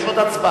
יש עוד הצבעה.